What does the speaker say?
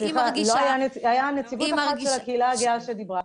הייתה נציגות אחת שדיברה מהקהילה הגאה.